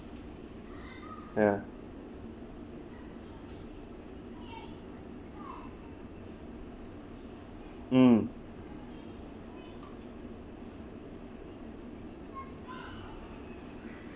ya mm